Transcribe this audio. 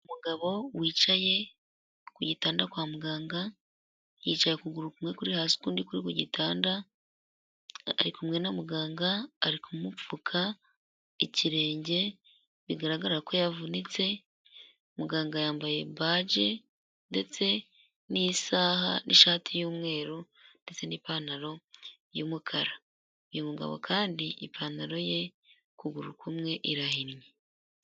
Umugabo wicaye ku gitanda kwa muganga yicaye ukuguru kumwe kuri hasi ukundi kuri ku gitanda, ari kumwe na muganga ari kumupfuka ikirenge, bigaragara ko yavunitse, muganga yambaye baji ndetse n'isaha n'ishati y'umweru ndetse n'ipantaro y'umukara, uyu mugabo kandi ipantaro ye ukuguru kumwe irahinnye.